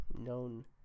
known